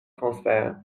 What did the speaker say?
transfert